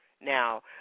Now